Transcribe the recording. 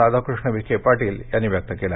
राधाकृष्ण विखे पाटील यांनी व्यक्त केला